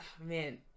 man